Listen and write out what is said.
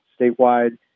statewide